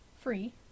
free